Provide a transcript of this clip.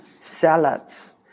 salads